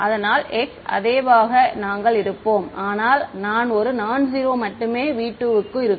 அதனால் χ அதேவாக நாங்கள் இருப்போம் ஆனால் அதன் ஒரு நான் ஜிரோ மட்டுமே V 2 க்கு இருக்கும்